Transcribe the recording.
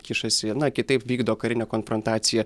kišasi na kitaip vykdo karinę konfrontaciją